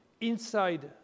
inside